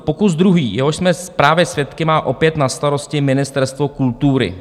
Pokus druhý, jehož jsme právě svědky, má opět na starosti Ministerstvo kultury.